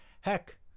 Heck